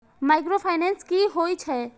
Micro finance कि होई छै?